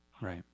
Right